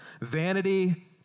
Vanity